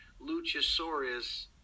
Luchasaurus